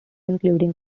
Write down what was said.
including